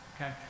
okay